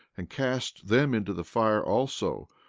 and cast them into the fire also,